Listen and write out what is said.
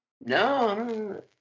No